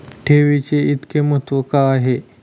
ठेवीचे इतके महत्व का आहे?